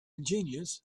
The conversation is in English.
ingenious